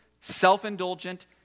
self-indulgent